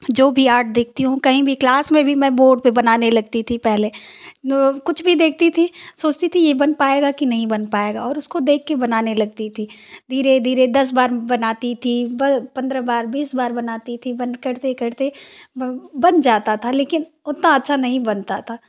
जो भी आर्ट देखती हूँ कहीं भी क्लास में भी में बोर्ड पर बनाने लगती थी पहले कुछ भी देखती थी सोचती थी ये बन पाएगा कि नहीं बन पाएगा और उसको देख कर बनाने लगती थी धीरे धीरे दस बार बनाती थी ब पंद्र बार बीस बार बनाती थी बंद करते करते ब बन जाता था लेकिन उतना अच्छा नहीं बनता था